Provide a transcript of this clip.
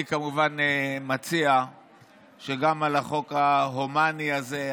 אני כמובן מציע שגם על החוק ההומני הזה,